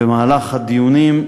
במהלך הדיונים,